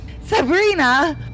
Sabrina